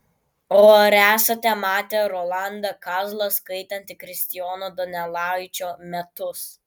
o ar esate matę rolandą kazlą skaitantį kristijono donelaičio metus